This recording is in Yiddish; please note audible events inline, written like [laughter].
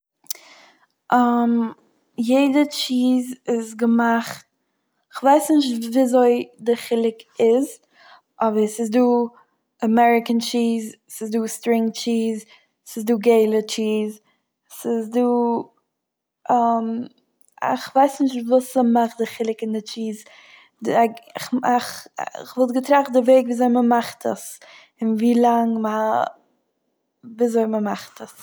יעדע טשיז איז געמאכט- כ'ווייס נישט ווי אזוי די חילוק איז, אבער ס'איז דא אמעריקען טשיז, ס'איז דא סטרינג טשיז, ס'איז דא געלע טשיז, ס'איז דא [hesitation] איך ווייס נישט וואס ס'מאכט די חילוק אין די טשיז, די- איך מאך- איך וואלט געטראכט די וועג ווי אזוי מ'מאכט עס, און ווי לאנג מ'ע- ווי אזוי מ'מאכט עס.